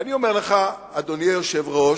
אדוני היושב-ראש,